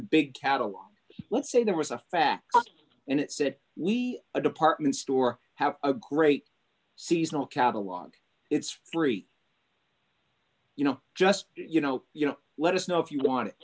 the big catalog let's say there was a fax and it said we a department store have a great seasonal catalog it's free you know just you know you know let us know if you want